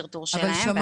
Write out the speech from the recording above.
בבקשה.